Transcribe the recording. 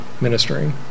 ministering